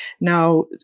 Now